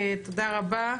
תודה רבה.